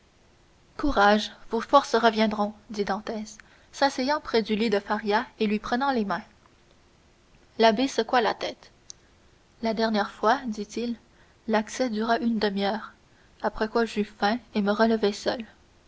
courage vos forces reviendront dit dantès s'asseyant près du lit de faria et lui prenant les mains l'abbé secoua la tête la dernière fois dit-il l'accès dura une demi-heure après quoi j'eus faim et me relevai seul